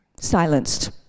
silenced